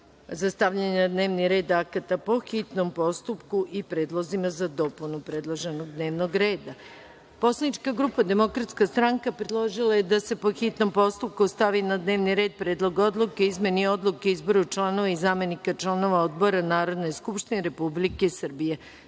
za stavljanje na dnevni red akata po hitnom postupku i predlozima za dopunu predloženog dnevnog reda. Poslanička grupa DS predložila je da se po hitnom postupku stavi na dnevni red – Predlog odluke o izmeni Odluke o izboru članova i zamenika članova odbora Narodne skupštine Republike